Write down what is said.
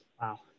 wow